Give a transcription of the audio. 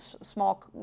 small